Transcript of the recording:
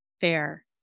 fair